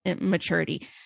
maturity